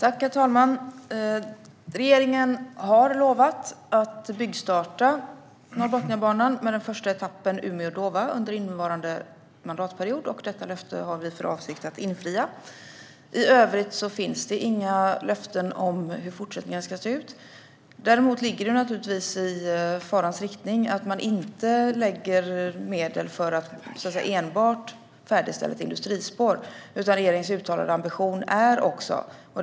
Herr talman! Regeringen har lovat att byggstarta Norrbotniabanan med den första etappen Umeå-Dåva under innevarande mandatperiod. Detta löfte har vi för avsikt att infria. I övrigt finns det inga löften om hur fortsättningen ska se ut. Däremot ligger det i farans riktning att man inte lägger medel för att enbart färdigställa ett industrispår, utan regeringens uttalade ambition är att färdigställa hela Norrbotniabanan.